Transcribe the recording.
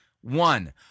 one